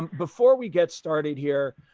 before we get started here,